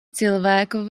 cilvēku